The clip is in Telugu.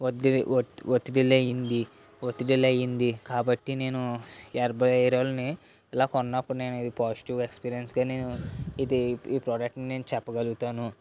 ఒత్తిడి ఒత్తిడిలో అయింది ఒత్తిడిలు ఐంది అయింది కాబట్టి నేను హెర్బల్ హెరాయిల్ని ఇలా కొన్నప్పుడు నేను ఇది పాజిటివ్ ఎక్స్పీరియన్స్ ఇది ఈ ప్రొడక్ట్ని నేను చెప్పగలుగుతాను